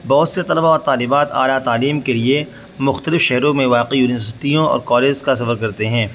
بہت سے طلباء و طالبات اعلیٰ تعلیم کے لیے مختلف شہروں میں واقع یونیورسٹیوں اور کالس کا سفر کرتے ہیں